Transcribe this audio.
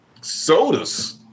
Sodas